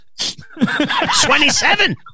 27